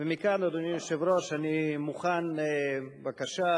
ומכאן, אדוני היושב-ראש, אני מוכן לבקשה.